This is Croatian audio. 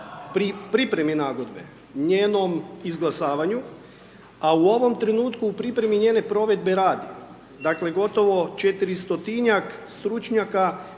pripremi nagodbe, njenom izglasavanju, a u ovom trenutku u pripremi njene provedbe radnika, dakle, gotovo 400-tinjak